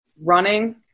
Running